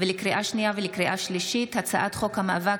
לקריאה שנייה ולקריאה שלישית: הצעת חוק המאבק